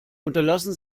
unterlassen